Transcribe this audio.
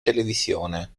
televisione